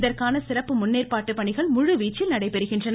இதற்கான சிறப்பு முன்னேற்பாட்டு பணிகள் முழுவீச்சில் நடைபெறுகின்றன